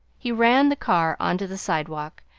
he ran the car on to the sidewalk,